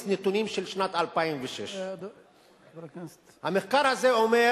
נתונים של שנת 2006. המחקר הזה אומר,